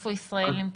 איפה נמצאת ישראל?